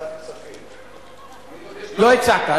לא הצעת.